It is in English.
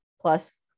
plus